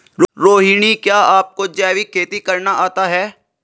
रोहिणी, क्या आपको जैविक खेती करना आता है?